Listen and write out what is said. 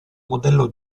modello